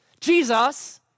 Jesus